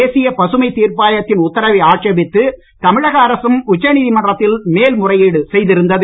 தேசிய பசுமை தீர்ப்பாயத்தின் உத்தரவை ஆட்சேபித்து தமிழக அரசும் உச்சநீதிமன்றத்தில் மேல் முறையீடு செய்திருந்தது